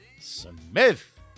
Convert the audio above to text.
Smith